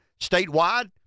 statewide